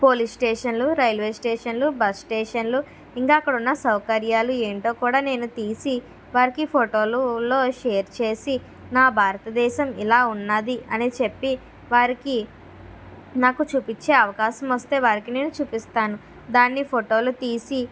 పోలీస్స్టేషన్లు railway స్టేషన్లు bus స్టేషన్లు ఇంకా అక్కడ ఉన్న సౌకర్యాలు ఏంటో కూడా నేను తీసి వారికి ఫోటోలులో షేర్ చేసి నా భారతదేశం ఇలా ఉంది అని చెప్పి వారికి నాకు చూపించే అవకాశం వస్తే వారికి నేను చూపిస్తాను దాన్ని ఫోటోలు తీసి